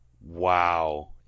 Wow